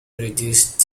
reduced